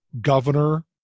governor